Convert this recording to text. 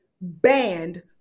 banned